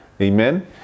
Amen